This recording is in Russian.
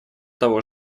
того